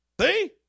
See